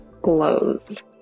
glows